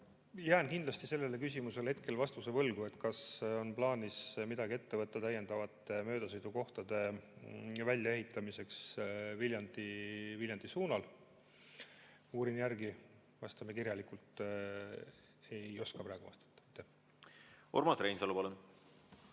Jään kindlasti sellele küsimusele hetkel vastuse võlgu, kas on plaanis midagi ette võtta täiendavate möödasõidukohtade väljaehitamiseks Viljandi suunal. Uurin järele, vastame kirjalikult. Ei oska praegu vastata. Aitäh!